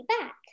back